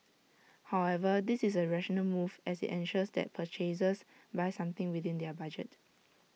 however this is A rational move as IT ensures that purchasers buy something within their budget